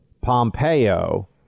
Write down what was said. Pompeo